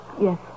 Yes